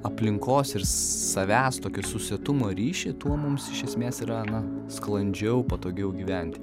aplinkos ir savęs tokio susietumo ryšį tuo mums iš esmės yra na sklandžiau patogiau gyventi